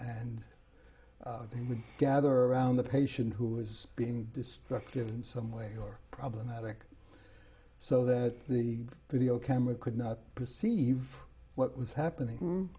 and they would gather around the patient who was being destructive in some way or problematic so that the video camera could not perceive what was happening